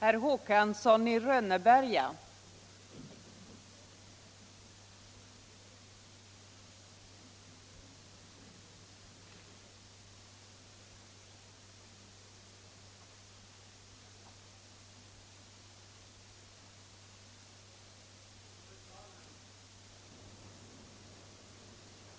Fru talman!